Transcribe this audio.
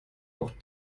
auch